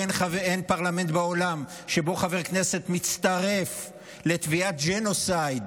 אין פרלמנט בעולם שבו חבר כנסת מצטרף לתביעת ג'נוסייד